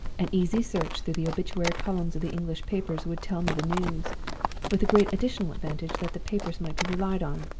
an easy search through the obituary columns of the english papers would tell me the news with the great additional advantage that the papers might be relied on,